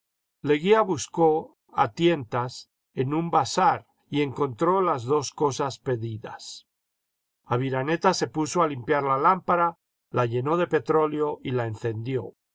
leguía buscó a tientas en un vasar y encontró las dos cosas pedidas aviraneta se puso a limpiar la lámpara la llenó de petróleo y la encendió